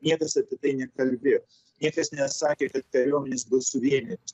niekas apie tai nekalbės niekas nesakė kad kariuomenės bus suvienytos